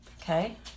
Okay